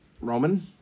Roman